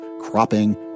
cropping